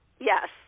Yes